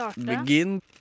begin